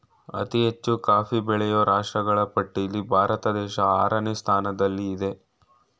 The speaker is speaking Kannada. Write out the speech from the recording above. ಅತಿ ಹೆಚ್ಚು ಕಾಫಿ ಬೆಳೆಯೋ ರಾಷ್ಟ್ರಗಳ ಪಟ್ಟಿಲ್ಲಿ ಭಾರತ ದೇಶ ಆರನೇ ಸ್ಥಾನದಲ್ಲಿಆಯ್ತೆ